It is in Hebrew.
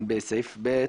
בסעיף (ב)